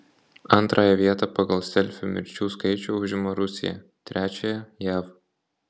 antrąją vietą pagal selfių mirčių skaičių užima rusija trečiąją jav